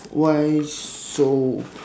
why so